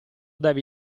devi